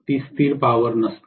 ती स्थिर पॉवर नसते